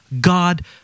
God